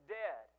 dead